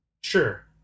Sure